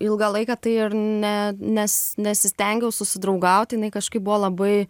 ilgą laiką tai ir ne nes nesistengiau susidraugauti jinai kažkaip buvo labai